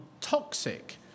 toxic